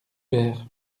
verres